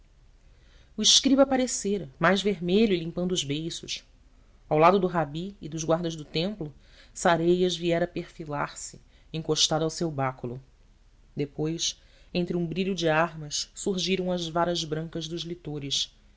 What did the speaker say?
o escriba aparecera mais vermelho e limpando os beiços ao lado do rabi e dos guardas do templo sareias viera perfilar se encostado ao seu báculo depois entre um brilho de armas surgiram as varas brancas dos lictores